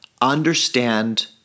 understand